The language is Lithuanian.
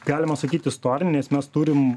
galima sakyti istoriniai nes mes turim